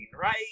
right